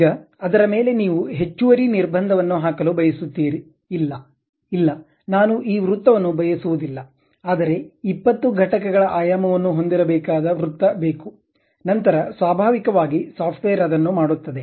ಈಗ ಅದರ ಮೇಲೆ ನೀವು ಹೆಚ್ಚುವರಿ ನಿರ್ಬಂಧವನ್ನು ಹಾಕಲು ಬಯಸುತ್ತೀರಿ ಇಲ್ಲ ಇಲ್ಲ ನಾನು ಈ ವೃತ್ತವನ್ನು ಬಯಸುವುದಿಲ್ಲ ಆದರೆ 20 ಘಟಕಗಳ ಆಯಾಮವನ್ನು ಹೊಂದಿರಬೇಕಾದ ವೃತ್ತಬೇಕು ನಂತರ ಸ್ವಾಭಾವಿಕವಾಗಿ ಸಾಫ್ಟ್ವೇರ್ ಅದನ್ನು ಮಾಡುತ್ತದೆ